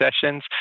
sessions